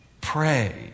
Pray